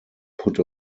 put